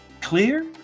clear